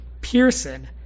pearson